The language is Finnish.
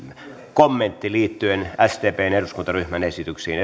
kommentti liittyen sdpn eduskuntaryhmän esityksiin